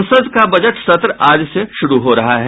संसद का बजट सत्र आज से शुरू हो रहा है